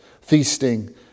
feasting